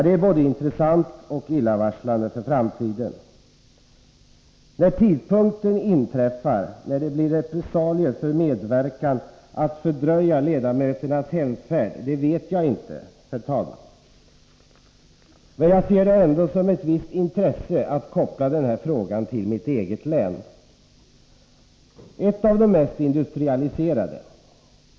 Det är både intressant och illavarslande för framtiden. När den tidpunkt inträder när det blir repressalier för medverkan till att fördröja ledamöternas hemfärd vet jag inte, herr talman. Jag ser det ändå som varande av ett visst intresse att koppla den här frågan till mitt eget län, ett av de mest industrialiserade.